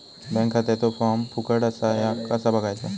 Bank खात्याचो form फुकट असा ह्या कसा बगायचा?